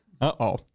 Uh-oh